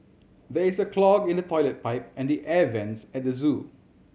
there is a clog in the toilet pipe and the air vents at the zoo